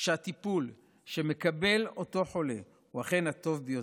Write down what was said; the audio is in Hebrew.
שהטיפול שמקבל אותו חולה הוא אכן הטוב ביותר.